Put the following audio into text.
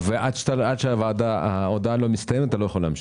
ועד שההודעה לא מסתיימת אתה לא יכול להמשיך.